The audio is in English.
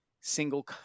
single